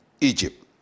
Egypt